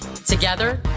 Together